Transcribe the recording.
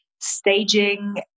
staging